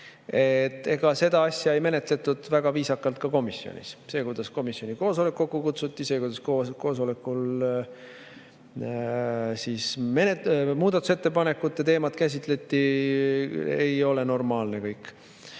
ega seda asja ei menetletud väga viisakalt ka komisjonis. See, kuidas komisjoni koosolek kokku kutsuti, see, kuidas koosolekul muudatusettepanekute teemat käsitleti, ei olnud normaalne.